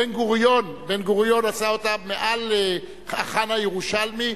בן-גוריון עשה אותו מעל ה"חאן" הירושלמי,